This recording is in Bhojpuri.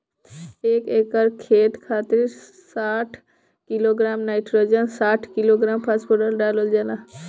एक एकड़ खेत खातिर साठ किलोग्राम नाइट्रोजन साठ किलोग्राम फास्फोरस डालल जाला?